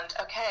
okay